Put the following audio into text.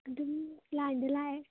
ꯑꯗꯨꯝ ꯂꯥꯏꯟꯗ ꯂꯥꯛꯑꯦ